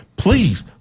Please